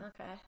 Okay